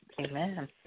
Amen